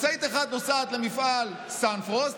משאית אחת נוסעת למפעל סנפרוסט,